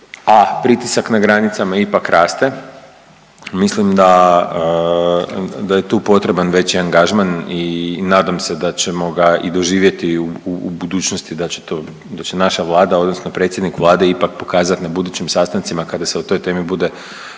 a pritisak na granicama ipak raste, mislim da je tu potreban veći angažman i nadam se da ćemo ga i doživjeti u budućnosti, da će to, da će naša vlada odnosno predsjednik Vlade ipak pokazati na budućim sastancima kada se o toj temi bude